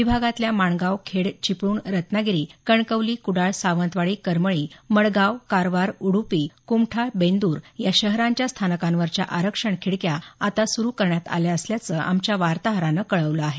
विभागातल्या माणगाव खेड चिपळूण रत्नागिरी कणकवली कुडाळ सावंतवाडी करमळी मडगाव कारवार उडुपी कुमठा बेंदूर या शहरांच्या स्थानकांवरच्या आरक्षण खिडक्या आता सुरु करण्यात आल्या असल्याचं आमच्या वार्ताहरानं कळवलं आहे